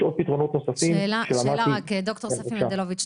יש פתרונות נוספים --- ד"ר ספי מנדלוביץ,